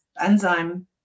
enzyme